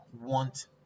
want